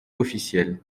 officielles